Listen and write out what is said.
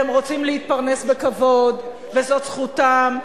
והם רוצים להתפרנס בכבוד וזאת זכותם.